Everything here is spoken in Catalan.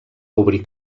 obrir